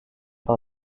par